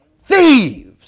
thieves